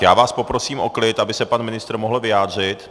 Já vás poprosím o klid, aby se pan ministr mohl vyjádřit.